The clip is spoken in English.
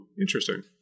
Interesting